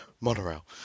monorail